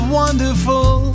wonderful